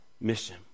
mission